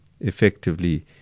effectively